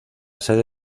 sede